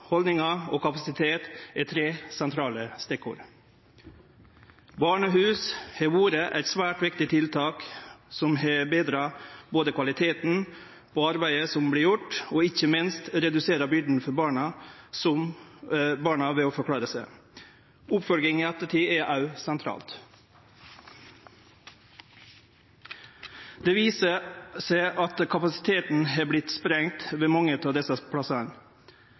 og kapasitet er tre sentrale stikkord. Barnehus har vore eit svært viktig tiltak, som både har betra kvaliteten på arbeidet som vert gjort, og ikkje minst redusert byrda for barna ved å forklare seg. Oppfølging i ettertid er òg sentralt. Det viser seg at kapasiteten har vorte sprengd ved mange av desse plassane.